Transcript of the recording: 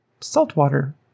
saltwater